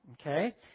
Okay